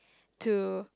to